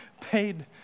paid